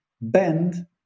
bend